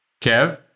Kev